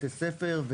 בתי ספר,